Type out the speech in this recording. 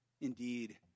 indeed